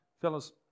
fellas